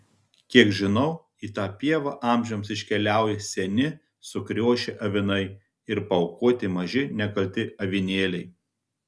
kiek žinau į tą pievą amžiams iškeliauja seni sukriošę avinai ir paaukoti maži nekalti avinėliai